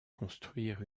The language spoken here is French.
construire